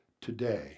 today